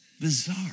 Bizarre